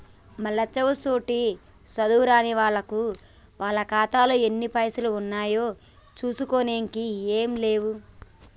మరి లచ్చవ్వసోంటి సాధువు రానిల్లకు వాళ్ల ఖాతాలో ఎన్ని పైసలు ఉన్నాయో చూసుకోనికే ఏం లేవు